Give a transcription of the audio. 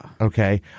Okay